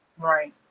Right